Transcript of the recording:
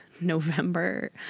November